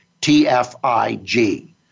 T-F-I-G